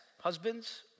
husbands